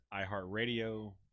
iHeartRadio